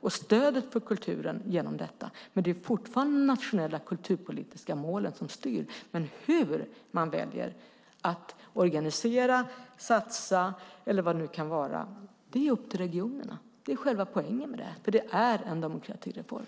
och stödet för kulturen ökar nämligen genom detta. Men det är fortfarande de nationella kulturpolitiska målen som styr. Men hur man väljer att organisera, satsa eller vad det nu kan vara är upp till regionerna. Det är själva poängen med detta, för det är en demokratireform.